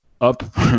up